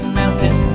mountain